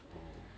oh